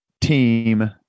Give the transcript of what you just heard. team